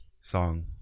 song